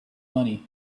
money